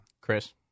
Chris